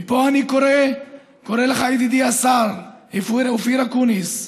מפה אני קורא לך, ידידי השר אופיר אקוניס,